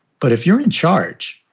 but if you're in charge,